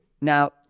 Now